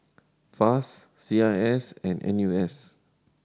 FAS C I S and N U S